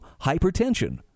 hypertension